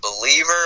believer